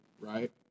right